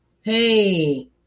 Hey